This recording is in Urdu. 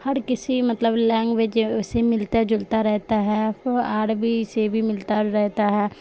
ہر کسی مطلب لینگویج اسے ملتا جلتا رہتا ہے عربی سے بھی ملتا رہتا ہے